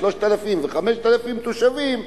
3,000 ו-5,000 תושבים,